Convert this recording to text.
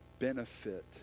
benefit